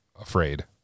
afraid